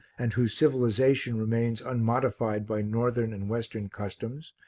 and whose civilization remains unmodified by northern and western customs,